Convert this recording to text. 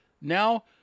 Now